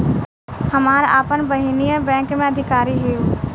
हमार आपन बहिनीई बैक में अधिकारी हिअ